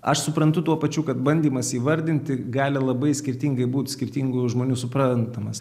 aš suprantu tuo pačiu kad bandymas įvardinti gali labai skirtingai būti skirtingų žmonių suprantamas